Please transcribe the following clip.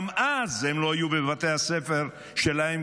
גם אז הם לא יהיו בבתי הספר שלהם,